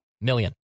million